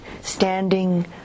standing